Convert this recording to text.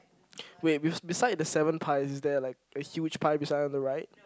wait be~ beside the seven pies is there like a huge pie beside on the right